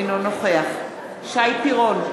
אינו נוכח שי פירון,